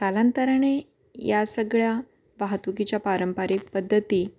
कालांतराने या सगळ्या वाहतुकीच्या पारंपरिक पद्धती